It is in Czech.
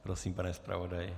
Prosím, pane zpravodaji.